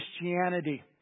Christianity